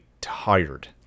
tired